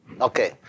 Okay